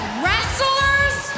wrestlers